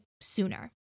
sooner